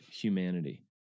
humanity